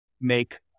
make